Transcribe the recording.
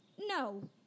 No